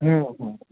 ᱦᱮᱸ ᱦᱮᱸ